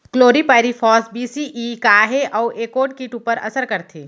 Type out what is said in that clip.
Chlorpyrifos बीस CE का हे अऊ ए कोन किट ऊपर असर करथे?